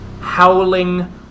howling